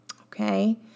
Okay